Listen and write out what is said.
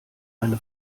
eine